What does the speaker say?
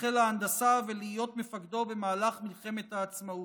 חיל ההנדסה ולהיות מפקדו במהלך מלחמת העצמאות.